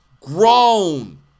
grown